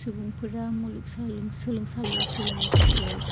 सुबुंफोरा मुलुगसोलोंसालियाव सोलोंनो थाखाय